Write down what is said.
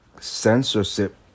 censorship